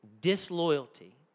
disloyalty